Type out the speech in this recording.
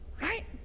Right